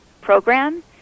program